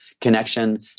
connection